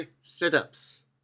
sit-ups